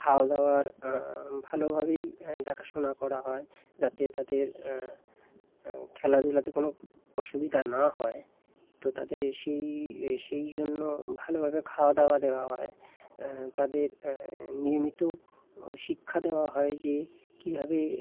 খাওয়াদাওয়ার ভালোভাবেই দেখাশোনা করা হয় যাতে তাদের খেলাধূলাতে কোনও অসুবিধা না হয় তো তাদের সেই সেই জন্য ভালোভাবে খাওয়াদাওয়া দেওয়া হয় তাদের নিয়মিত ও শিক্ষা দেওয়া হয় যে কীভাবে